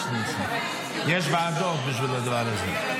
יש ועדות בשביל הדבר הזה.